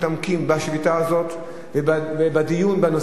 בשביתה הזאת ובדיון בנושאים האלה,